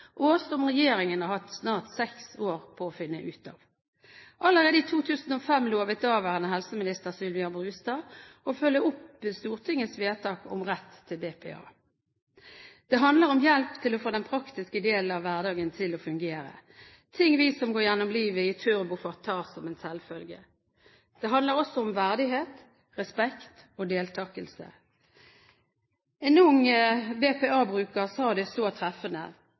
som regjeringen har hatt snart seks år på å finne ut av. Allerede i 2005 lovet daværende helseminister Sylvia Brustad å følge opp Stortingets vedtak om rett til BPA. Det handler om hjelp til å få den praktiske delen av hverdagen til å fungere – ting vi som går gjennom livet i turbofart, tar som en selvfølge. Det handler også om verdighet, respekt og deltakelse. En ung BPA-bruker sa det så treffende: